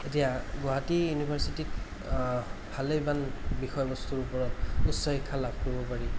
এতিয়া গুৱাহাটী ইউিভাৰ্চিটীত ভালেমান বিষয় বস্তুৰ ওপৰত উচ্চ শিক্ষা লাভ কৰিব পাৰি